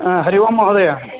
हरिः ओम् महोदय